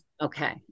Okay